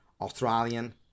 Australian